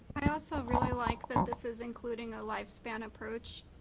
i also really like this is including a lifespan approach.